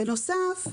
בנוסף,